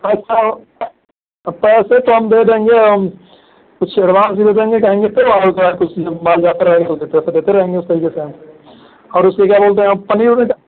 अच्छा और क्या पैसे तो हम दे देंगे हम कुछ एडवांस भी दे देंगे कहेंगे तो और थोड़ा कुछ जब माल जाता रहेगा वैसे पैसे देते रहेंगे उस तरीके से हम और उसे क्या बोलते हैं पनीर ओनीर का